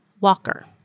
Walker